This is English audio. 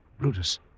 Brutus